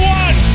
one